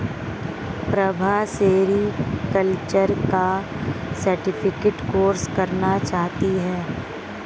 Prabha sericulture का certificate course करना चाहती है